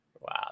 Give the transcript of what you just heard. Wow